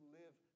live